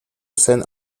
scène